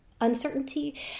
uncertainty